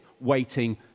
waiting